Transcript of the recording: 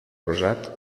rosat